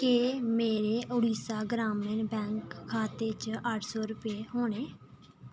केह् मेरे ओड़िसा ग्रामीण बैंक खाते च अट्ठ सौ रपेऽ होने